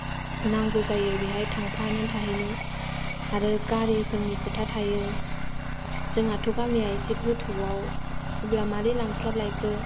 नांगौ जायो बेहाय थांफाना थाहैनो आरो गारिफोरनि खोथा थायो जोंहाथ' गामिया एसे गोथौवाव अब्ला मारै लांस्लाबलायखो